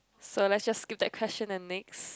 so let's just skip that question and next